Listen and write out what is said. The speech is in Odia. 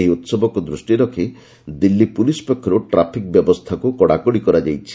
ଏହି ଉତ୍ସବକୁ ଦୃଷ୍ଟିରେ ରଖି ଦିଲ୍ଲୀ ପୁଲିସ୍ ପକ୍ଷରୁ ଟ୍ରାଫିକ୍ ବ୍ୟବସ୍ଥାକୁ କଡ଼ାକଡ଼ି କରାଯାଇଛି